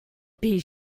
bee